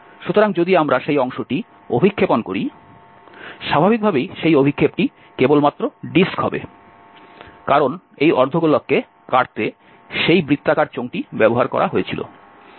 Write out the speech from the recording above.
সুতরাং যদি আমরা সেই অংশটি অভিক্ষেপণ করি স্বাভাবিকভাবেই সেই অভিক্ষেপটি কেবলমাত্র ডিস্ক হবে কারণ এই অর্ধ গোলককে কাটতে সেই বৃত্তাকার চোঙটি ব্যবহার করা হয়েছিল